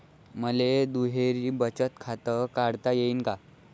मले दुहेरी बचत खातं काढता येईन का?